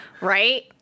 Right